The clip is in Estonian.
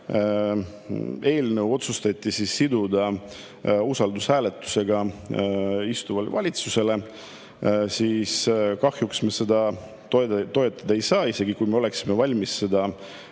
eelnõu otsustati siduda usaldushääletusega ametisolevale valitsusele, siis kahjuks me seda toetada ei saa, isegi kui me oleksime valmis seda